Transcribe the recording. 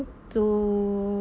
to